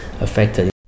affected